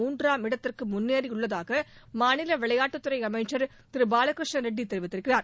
மூன்றாம் இடத்திற்கு முன்னேறியுள்ளதாக மாநில விளையாட்டுத்துறை அமைச்சர் திரு பாலகிருஷ்ண ரெட்டி கூறியிருக்கிறார்